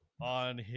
on